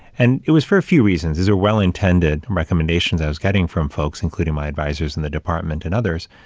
and it was for a few reasons. these are well intended um recommendations i was getting from folks, including my advisors in the department and others.